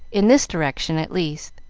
in this direction at least.